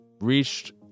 reached